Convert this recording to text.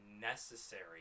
necessary